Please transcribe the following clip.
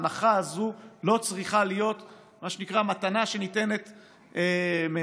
ההנחה הזאת לא צריכה להיות מה שנקרא מתנה שניתנת מאליה.